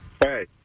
Hey